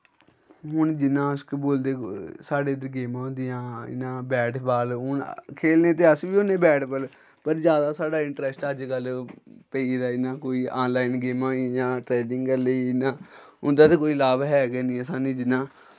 हून जि'यां अस केह् बोलदे साढ़े इद्धर गेमां होंदियां इ'यां बैट बाल हून खेलने ते अस बी होन्ने बैट बाल पर जैदा साढ़ा इंटरेस्ट अजकल्ल पेई गेदा इ'यां कोई आनलाइन गेमां होई गेइयां ट्रेडिंग करी लेई इ'यां उं'दा ते कोई लाभ है गै निं सानूं जि'यां